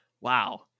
wow